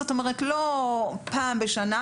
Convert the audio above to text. זאת אומרת לא פעם בשנה.